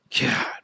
God